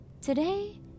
Today